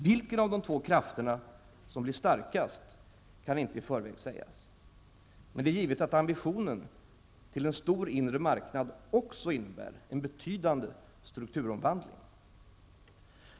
Vilken av de två krafterna som blir starkast kan inte i förväg sägas. Men det är givet att ambitionen till en stor inre marknad också innebär en betydande strukturomvandling.